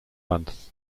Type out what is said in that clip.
month